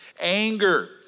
Anger